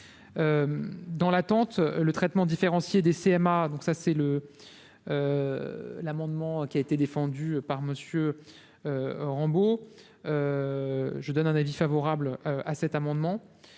dans l'attente, le traitement différencié des CMA, donc ça c'est le l'amendement qui a été défendu par Monsieur Rambo, je donne un avis favorable à cet amendement